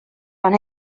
fan